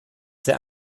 sehr